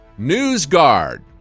NewsGuard